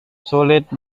sulit